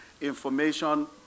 information